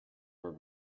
were